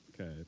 Okay